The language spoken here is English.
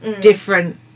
different